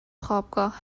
خوابگاه